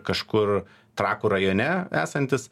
kažkur trakų rajone esantis